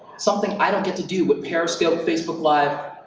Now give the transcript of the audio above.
something i don't get to do with periscope, facebook live,